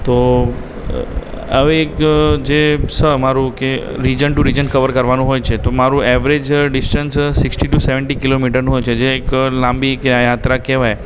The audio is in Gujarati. તો હવે એક જે છે અમારું કે રીજન ટુ રીજન કવર કરવાનું હોય છે તો મારૂં average distance sixty to seventy કિલોમીટરનું હોય છે જે એક લાંબી એક યાત્રા કહેવાય